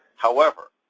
however,